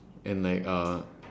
and like uh